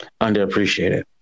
underappreciated